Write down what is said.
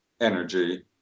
energy